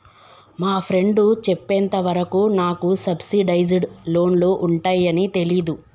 మా ఫ్రెండు చెప్పేంత వరకు నాకు సబ్సిడైజ్డ్ లోన్లు ఉంటయ్యని తెలీదు